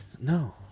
No